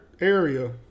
area